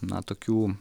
na tokių